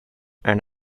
and